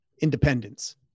independence